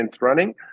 running